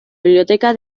biblioteca